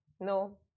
No